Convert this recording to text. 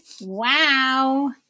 Wow